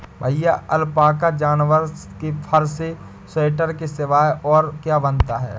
भैया अलपाका जानवर के फर से स्वेटर के सिवाय और क्या बनता है?